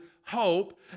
hope